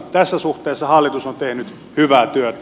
tässä suhteessa hallitus on tehnyt hyvää työtä